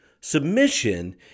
Submission